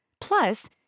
Plus